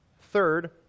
Third